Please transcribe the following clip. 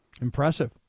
Impressive